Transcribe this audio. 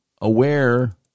aware